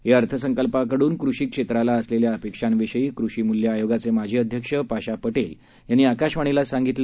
या अर्थसंकल्पाकडून कृषी क्षेत्राला असलेल्या अपेक्षांविषयी कृषी मुल्य आयोगाचे माजी अध्यक्ष पाशा पटेल यांनी आकाशवाणीला सांगितलं